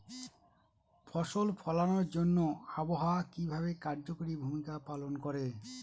ফসল ফলানোর জন্য আবহাওয়া কিভাবে কার্যকরী ভূমিকা পালন করে?